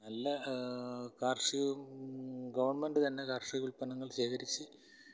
നല്ല കാർഷികവും ഗവണ്മെൻറ് തന്നെ കാർഷിക ഉല്പന്നങ്ങൾ ശേഖരിച്ച്